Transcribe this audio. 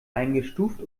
eingestuft